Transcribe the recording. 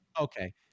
okay